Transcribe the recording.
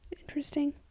Interesting